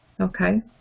Okay